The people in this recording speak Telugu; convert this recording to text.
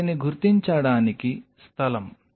వాటిని గుర్తించడానికి స్థలం